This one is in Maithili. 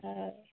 हँ